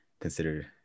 consider